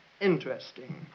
interesting